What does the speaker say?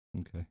Okay